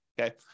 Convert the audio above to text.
okay